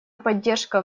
поддержка